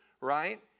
right